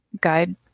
guide